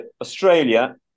Australia